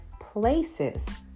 places